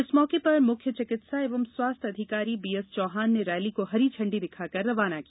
इस मौके पर मुख्य चिकित्सा एवं खास्थ्य अधिकारी बी एस चौहान ने रैली को हरी झंडी दिखाकर रवाना किया